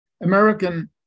American